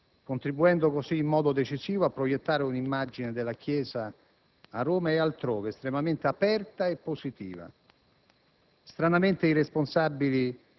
contribuendo così, in modo decisivo, a proiettare un'immagine della Chiesa, a Roma e altrove, estremamente aperta e positiva. Stranamente i responsabili